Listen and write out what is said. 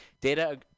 Data